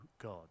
God